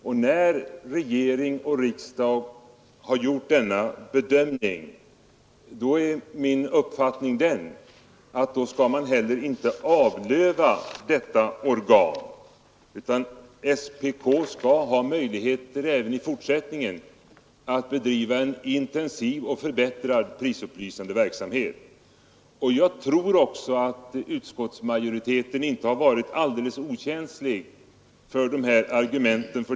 Och det är min förhoppning att när regering och riksdag har gjort denna bedömning skall man heller inte avlöva detta organ, utan SPK skall ha möjligheter även i fortsättningen att bedriva en intensiv och ständigt förbättrad prisupplysande verksamhet. Jag tror att utskottsmajoriteten inte har varit alldeles okänslig för de här argumenten.